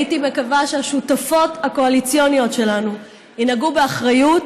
הייתי מקווה שהשותפות הקואליציוניות שלנו ינהגו באחריות